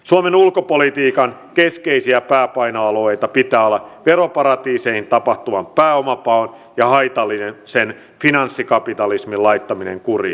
suomen ulkopolitiikan keskeisiä pääpainoalueita pitää olla veroparatiiseihin tapahtuvan pääomapaon ja haitallisen finanssikapitalismin laittaminen kuriin